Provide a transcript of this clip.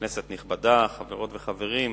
כנסת נכבדה, חברות וחברים,